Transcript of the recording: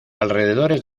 alrededores